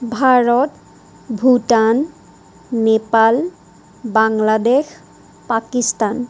Bharat Bhutan Nepal Bangladesh Pakistan